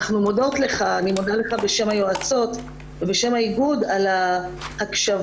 אני מודה לך בשם היועצות ובשם האיגוד על ההקשבה,